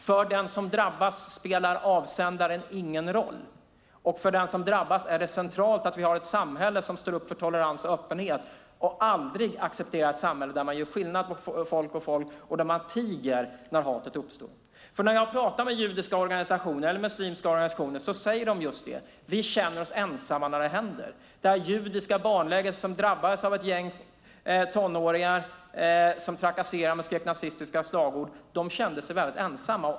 För den som drabbas spelar avsändaren ingen roll. För den som drabbas är det centralt att vi har ett samhälle som står upp för tolerans och öppenhet och att vi aldrig accepterar ett samhälle där man gör skillnad på folk och folk och där man tiger när hatet uppstår. När jag talar med judiska organisationer eller med muslimska organisationer säger de just: Vi känner oss ensamma när det händer. Ett exempel är det judiska barnlägret som drabbades av ett gäng tonåringar som trakasserade och skrek nazistiska slagord. De som var på lägret kände sig väldigt ensamma.